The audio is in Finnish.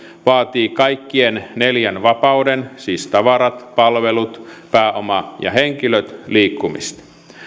vaatii kaikkien neljän vapauden siis tavarat palvelut pääoma ja henkilöt liikkumista